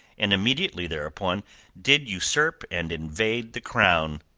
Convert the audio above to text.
and immediately thereupon did usurp and invade the crown.